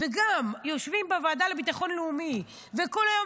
וגם יושבים בוועדה לביטחון לאומי וכל היום